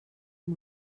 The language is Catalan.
amb